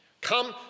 Come